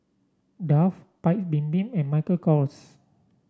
Dove Paik's Bibim and Michael Kors